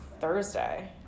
Thursday